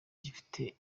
gifite